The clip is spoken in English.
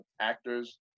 actors